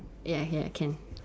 ya ya can